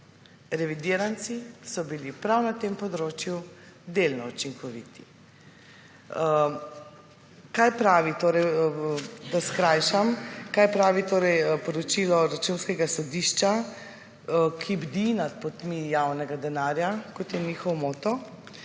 revidiranci so bili prav na tem področju delno učinkoviti. Kaj pravi, da skrajšam, kaj prvi torej poročilo Računskega sodišča, ki bdi nad potmi javnega denarja, kot je njihov moto.